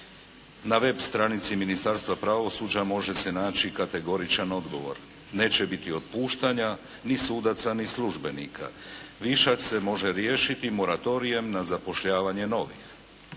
Na web stranici Ministarstva pravosuđa može se naći kategoričan odgovor; neće biti otpuštanja ni sudaca ni službenika. Višak se može riješiti moratorijem na zapošljavanje novih.